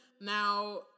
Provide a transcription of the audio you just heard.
Now